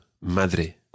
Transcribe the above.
Madre